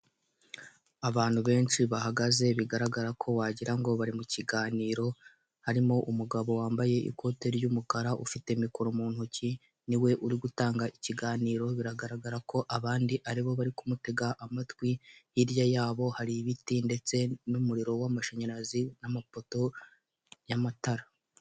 Abantu benshi bahagaze bigaragara ko wagira ngo bari mu kiganiro harimo umugabo wambaye ikote ry'umukara ufite mikoro mu ntoki niwe urigutanga ikiganiro biragaragara ko abandi aribo bari kumutega amatwi hirya yabo hari ibiti ndetse n'umuriro w'amashanyarazi n'amapoto y'amatara.